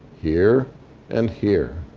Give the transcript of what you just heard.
here and here.